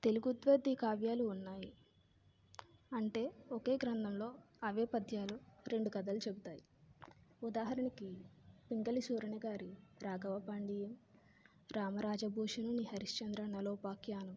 తెలుగు ద్వ్యర్థి కావ్యాలు ఉన్నాయి అంటే ఒకే గ్రంథంలో అవే పద్యాలు రెండు కథలు చెప్తాయి ఉదాహరణకు పింగళి సూరన్న గారి రాఘవ పాండవీయం రామరాజ భూషణ్ హరిశ్చంద్ర నలోపాఖ్యానం